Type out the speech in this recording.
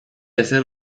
ezer